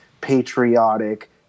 patriotic